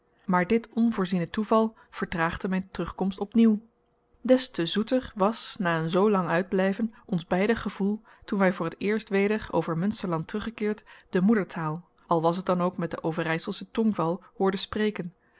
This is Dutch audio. maar dit onvoorziene toeval vertraagde mijn terugkomst opnieuw des te zoeter was na een zoolang uitblijven ons beider gevoel toen wij voor het eerst weder over munsterland teruggekeerd de moedertaal al was het dan ook met den overijselschen tongval hoorden spreken